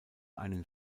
einen